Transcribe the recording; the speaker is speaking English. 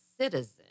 citizen